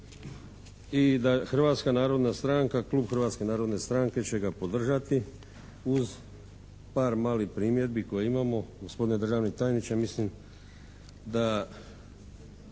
i da Hrvatska narodna stranka, klub Hrvatske narodne stranke će ga podržati uz par malih primjedbi koje imamo. Gospodine državni tajniče, mislim da